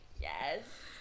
Yes